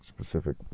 specific